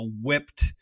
whipped